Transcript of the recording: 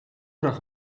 zag